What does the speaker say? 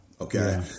Okay